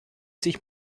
sich